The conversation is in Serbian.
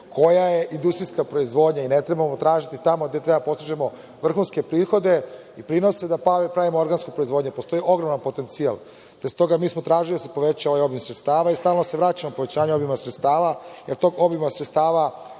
koja je industrijska proizvodnja i ne trebamo tražiti tamo gde treba da postižemo vrhunske prihode i prinose da tamo pravimo organsku proizvodnju. Postoji ogroman potencijal. Stoga, mi smo tražili da se poveća ovaj obim sredstava i stalno se vraćam povećanju obima sredstava, jer tog obima sredstava